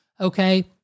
okay